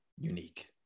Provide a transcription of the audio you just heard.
unique